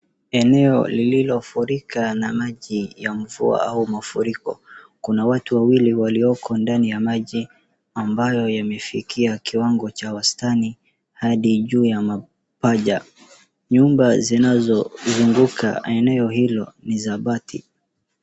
Eneo lililofurika na maji ya mvua au mafuriko. Kuna watu wawili walioko ndani ya maji ambayo yamefikia kiwango cha wastani hadi juu ya mapaja. Nyumba zinazozunguka eneo hilo ni za bati.